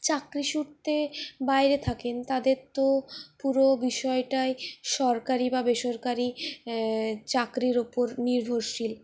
চাকরি সূত্রে বাইরে থাকেন তাদের তো পুরো বিষয়টাই সরকারি বা বেসরকারি চাকরির উপর নির্ভরশীল